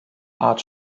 art